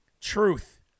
Truth